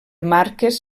marques